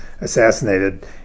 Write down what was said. assassinated